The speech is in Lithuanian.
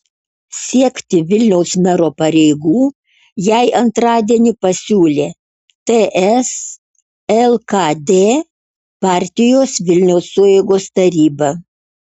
siekti vilniaus mero pareigų jai antradienį pasiūlė ts lkd partijos vilniaus sueigos taryba